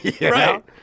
right